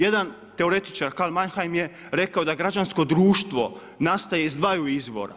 Jedan teoretičar Karl Mannheim je rekao da građansko društvo nastaje iz dvaju izvora.